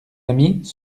amis